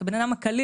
את הבן אדם הקליל,